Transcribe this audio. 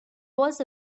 was